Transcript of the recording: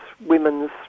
women's